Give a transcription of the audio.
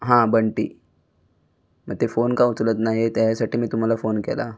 हा बंटी मग ते फोन का उचलत नाही आहे त्याच्यासाठी मी तुम्हाला फोन केला